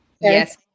Yes